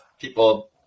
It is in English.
people